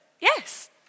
Yes